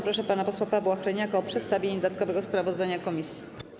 Proszę pana posła Pawła Hreniaka o przedstawienie dodatkowego sprawozdania komisji.